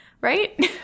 Right